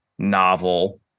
novel